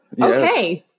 Okay